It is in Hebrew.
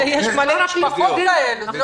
זה לא רק לסטודנטים.